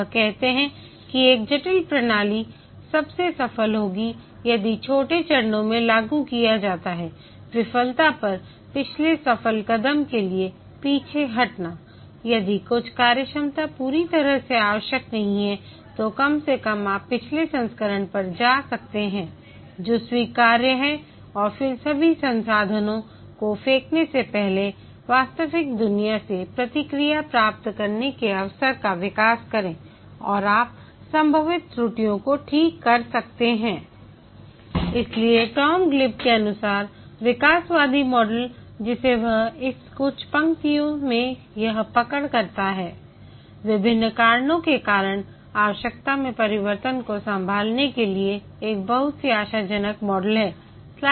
वह कहते हैं कि एक जटिल प्रणाली सबसे सफल होगी यदि छोटे चरणों में लागू किया जाता है विफलता पर पिछले सफल कदम के लिए पीछे हटना यदि कुछ कार्यक्षमता पूरी तरह से आवश्यक नहीं है तो कम से कम आप पिछले संस्करण पर वापस जा सकते हैं जो स्वीकार्य हैऔर फिर सभी संसाधनों को फेंकने से पहले वास्तविक दुनिया से प्रतिक्रिया प्राप्त करने के अवसर का विकास करें और आप संभावित त्रुटियों को ठीक कर सकते हैं इसलिए टॉम ग्लिब के अनुसार विकासवादी मॉडल जिसे वह इस कुछ पंक्तियों में यहाँ पकड़ करता है विभिन्न कारणों के कारण आवश्यकता में परिवर्तन को संभालने के लिए एक बहुत ही आशाजनक मॉडल है